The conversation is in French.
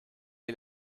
est